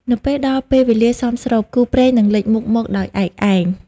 នៅពេលដល់ពេលវេលាសមស្រប គូព្រេងនឹងលេចមុខមកដោយឯកឯង។